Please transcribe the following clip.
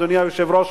אדוני היושב-ראש,